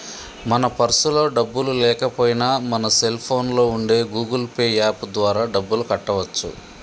మన పర్సులో డబ్బులు లేకపోయినా మన సెల్ ఫోన్లో ఉండే గూగుల్ పే యాప్ ద్వారా డబ్బులు కట్టవచ్చు